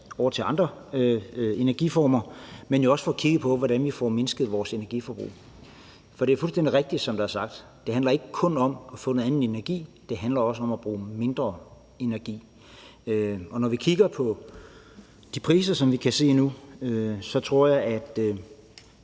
men det handler jo også om, at vi får kigget på, hvordan vi får mindsket vores energiforbrug. For det er fuldstændig rigtigt, som der er blevet sagt: Det handler ikke kun om at få noget andet energi, det handler også om at bruge mindre energi. Når vi kigger på de priser, som vi kan se nu, så handler det